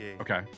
Okay